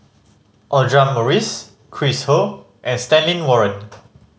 Audra Morrice Chris Ho and Stanley Warren